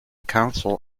council